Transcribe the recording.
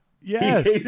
Yes